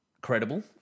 credible